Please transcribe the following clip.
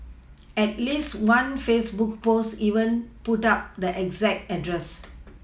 at least one Facebook post even put up the exact address